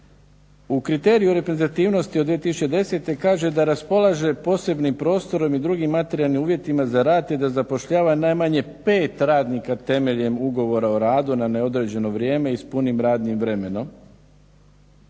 U kriteriju reprezentativnosti od 2010. kaže da raspolaže posebnim prostorom i drugim materijalnim uvjetima za rad i da zapošljava najmanje 5 radnika temeljem ugovora o radu na neodređeno vrijeme i s punim radnim vremenom.